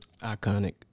Iconic